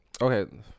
Okay